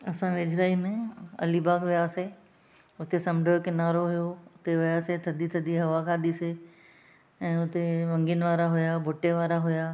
असां वेझिड़ाईअ में अलीबाग वियासीं हुते समुंड जो किनारो हुओ हुते वियासीं थधी थधी हवा खाधीसीं ऐं हुते वंगियुनि वारा हुआ बुट्टे वारा हुआ